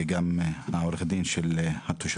וגם את עורך הדין של התושבים,